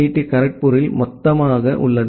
D கரக்பூருக்குள் மொத்தமாக உள்ளது